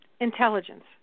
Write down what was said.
intelligence